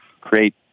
create